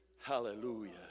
hallelujah